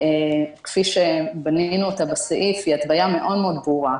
כפי שבנינו אותה בסעיף היא התוויה מאוד-מאוד ברורה.